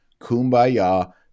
Kumbaya